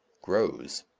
grows.